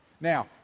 now